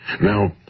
Now